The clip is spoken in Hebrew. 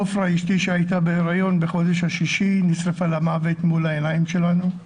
עופרה אשתי שהייתה בהריון בחודש השישי נשרפה למוות מול העיניים שלנו.